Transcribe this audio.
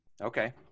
Okay